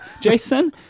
Jason